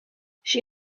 she